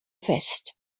fest